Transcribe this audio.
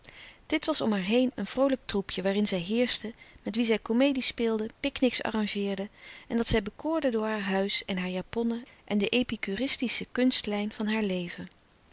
dat was om haar heen een vroolijk troepje waarin louis couperus de stille kracht zij heerschte met wie zij comedie speelde pic nics arrangeerde en dat zij bekoorde door haar huis en haar japonnen en de epicuristische kunstlijn van haar leven